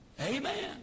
Amen